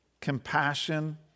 compassion